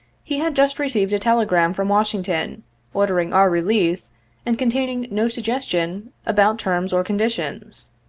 he had just received a tele gram from washington ordering our release and containing no suggestion about terms or conditions.